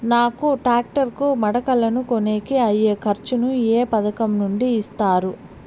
నాకు టాక్టర్ కు మడకలను కొనేకి అయ్యే ఖర్చు ను ఏ పథకం నుండి ఇస్తారు?